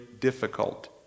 difficult